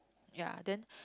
yea then